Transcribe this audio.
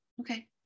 okay